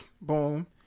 Boom